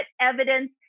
evidence